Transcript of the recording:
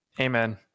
amen